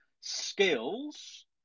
skills